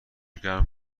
گرم